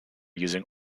using